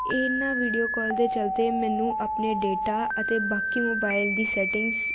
ਇਹਨਾਂ video call ਦੇ ਚੱਲਦੇ ਮੈਨੂੰ ਆਪਣੇ ਡੇਟਾ ਅਤੇ ਬਾਕੀ ਮੋਬਾਈਲ ਦੀ ਸੈਟਿੰਗਸ